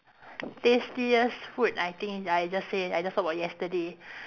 tastiest food I think I just say I just talk about yesterday